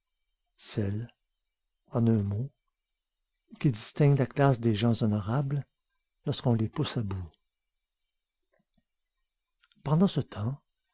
celle en un mot qui distingue la classe des gens honorables lorsqu'on les pousse à bout pendant ce temps